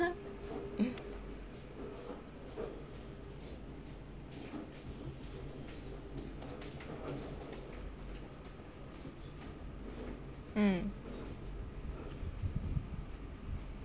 mm